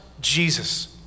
Jesus